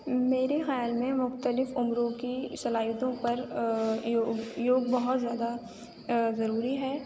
میرے خیال میں مختلف عمروں کی صلاحیتوں پر یوگ بہت زیادہ ضروری ہے